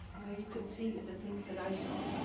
you can see the things that i saw.